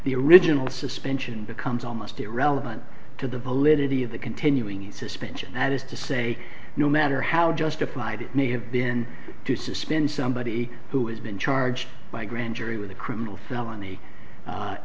the original suspension becomes almost irrelevant to the validity of the continuing the suspension that is to say no matter how justified it may have been to suspend somebody who has been charged by a grand jury with a criminal felony the